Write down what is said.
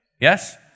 Yes